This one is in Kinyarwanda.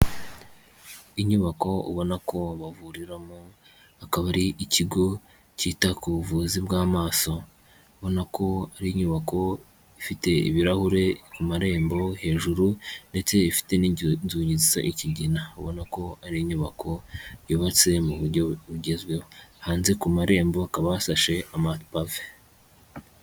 Inyubako ubona ko bavuriramo akaba ari ikigo cyita ku buvuzi bw'amaso, ubona ko ari inyubako ifite ibirahure ku marembo hejuru ndetse ifite n'inzugi nziza zisa ikigina, ubona ko ari inyubako yubatse mu buryo bugezweho hanze ku marembo hakaba hasashe amapave.